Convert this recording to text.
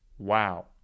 Wow